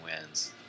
wins